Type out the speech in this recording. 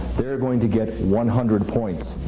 they are going to get one hundred points.